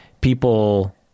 people